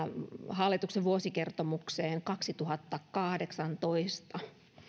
hallituksen vuosikertomukseen kaksituhattakahdeksantoista